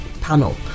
panel